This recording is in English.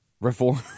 Reform